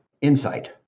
insight